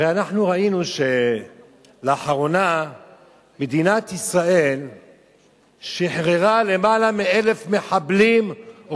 הרי אנחנו ראינו שלאחרונה מדינת ישראל שחררה יותר מ-1,000 מחבלים,